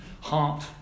heart